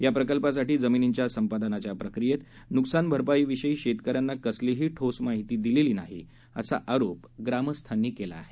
या प्रकल्पासाठी जमिनींच्या संपादनाच्या प्रक्रियेत नुकसान भरपाईविषयी शेतकऱ्यांना कसलीही ठोस माहिती दिलेली नाही असा आरोप ग्रामस्थांनी केला आहे